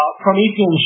Promethean